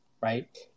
right